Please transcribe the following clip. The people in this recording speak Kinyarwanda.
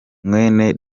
mwene